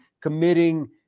committing